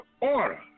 order